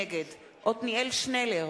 נגד עתניאל שנלר,